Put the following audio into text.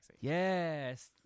yes